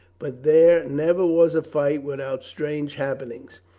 but there never was a fight without strange happenings.